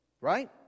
Right